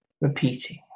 Repeating